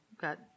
got